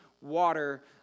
water